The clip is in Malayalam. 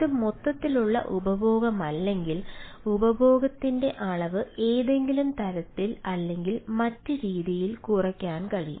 ഇത് മൊത്തത്തിലുള്ള ഉപഭോഗമല്ലെങ്കിൽ ഉപഭോഗത്തിന്റെ അളവ് ഏതെങ്കിലും തരത്തിൽ അല്ലെങ്കിൽ മറ്റ് രീതിയിൽ കുറയ്ക്കാൻ കഴിയും